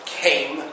came